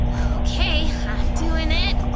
okay, i'm doing it,